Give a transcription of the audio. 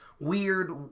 weird